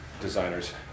designers